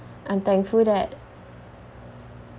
I'm thankful that